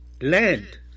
land